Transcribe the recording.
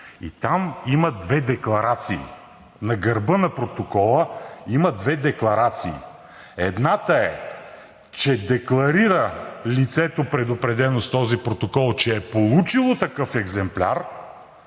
и там има две декларации. На гърба на протокола има две декларации – едната е, че лицето, предупредено с този протокол, декларира, че е получило такъв екземпляр,